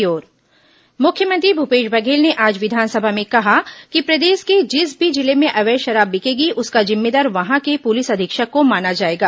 मुख्यमंत्री अवैध शराब मुख्यमंत्री भूपेश बघेल ने आज विधानसभा में कहा कि प्रदेश के जिस भी जिले में अवैध शराब बिकेगी उसका जिम्मेदार वहां के पुलिस अधीक्षक को माना जाएगा